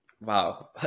Wow